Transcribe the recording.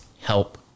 help